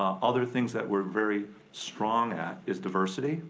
um other things that we're very strong at is diversity.